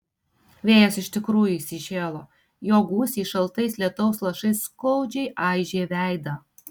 vėjas iš tikrųjų įsišėlo jo gūsiai šaltais lietaus lašais skaudžiai aižė veidą